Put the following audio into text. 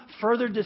further